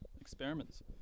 experiments